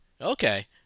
Okay